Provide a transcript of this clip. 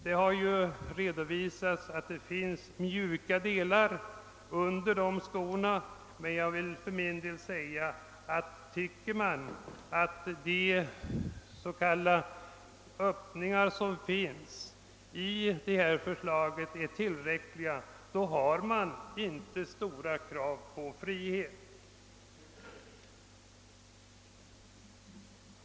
Det har från majoriteten i KU redovisats att det finns mjuka delar under skorna, men om man tycker att de s.k. öppningar som finns i detta förslag är tillräckliga, då har man inte stora krav på frihet.